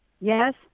Yes